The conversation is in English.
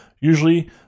usually